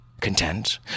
Content